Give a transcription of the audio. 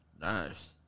Nice